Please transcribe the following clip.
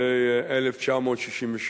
ב-1967.